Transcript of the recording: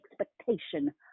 expectation